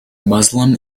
muslim